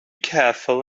careful